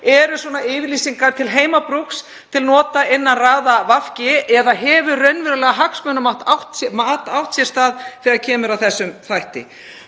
Eru svona yfirlýsingar til heimabrúks, til nota innan raða VG, eða hefur raunverulegt hagsmunamat átt sér stað þegar kemur að þessum þætti?